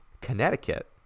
Connecticut